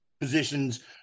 positions